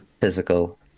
physical